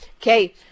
okay